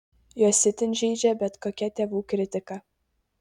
juos itin žeidžia bet kokia tėvų kritika